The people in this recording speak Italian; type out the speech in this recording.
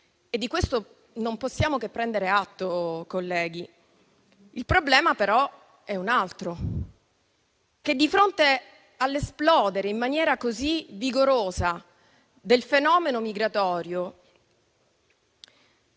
e di questo non possiamo che prendere atto, colleghi. Il problema però è un altro: di fronte all'esplodere in maniera così vigorosa del fenomeno migratorio,